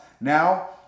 Now